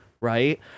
Right